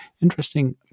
interesting